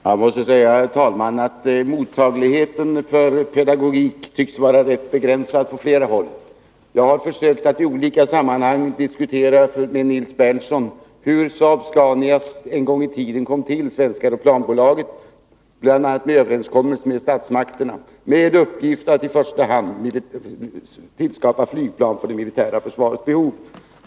Herr talman! Jag måste säga att mottagligheten för pedagogik tycks vara rätt begränsad på flera håll. Jag har försökt att i olika sammanhang diskutera med Nils Berndtson och förklara hur Saab-Scania en gång i tiden kom till, dess ursprung i Svenska Aeroplan AB och de överenskommelser som gjordes med statsmakterna om att företaget i första hand skulle tillskapa flygplan för det militära försvarets behov.